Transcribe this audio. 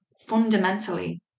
fundamentally